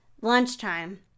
Lunchtime